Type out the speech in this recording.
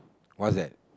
what's that